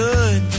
Good